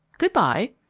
good-by!